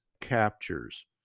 captures